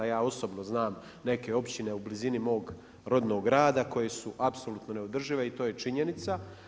Ja osobno znam neke općine u blizini mog rodnog grada koji su apsolutno neodržive i to je činjenice.